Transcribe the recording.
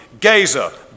Gaza